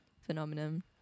phenomenon